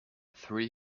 three